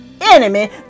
Enemy